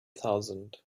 thousand